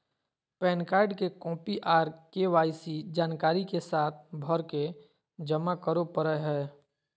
pan card के copy आर KYC जानकारी के साथ भरके जमा करो परय हय